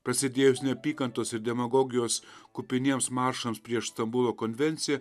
prasidėjus neapykantos ir demagogijos kupiniems maršams prieš stambulo konvenciją